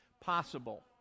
possible